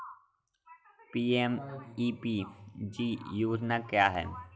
PMEPG योजना क्या है?